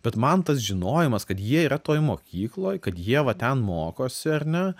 bet man tas žinojimas kad jie yra toj mokykloj kad jie va ten mokosi ar ne